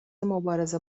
مبارزه